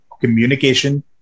communication